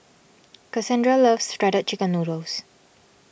Cassondra loves Shredded Chicken Noodles